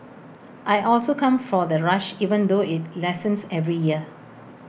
I also come for the rush even though IT lessens every year